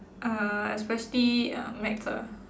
uh especially uh maths ah